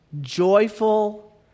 Joyful